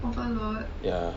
ya